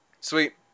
Sweet